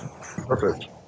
Perfect